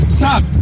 stop